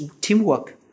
teamwork